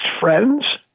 friends